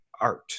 art